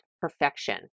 perfection